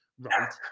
right